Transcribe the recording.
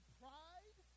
pride